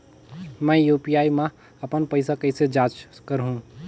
मैं यू.पी.आई मा अपन पइसा कइसे जांच करहु?